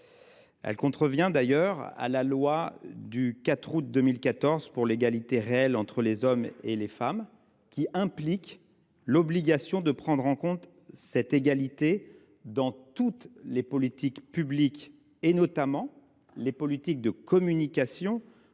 Il contrevient ainsi à la loi du 4 août 2014 pour l’égalité réelle entre les femmes et les hommes, laquelle impose de prendre en compte cette égalité dans toutes les politiques publiques, notamment en matière de communication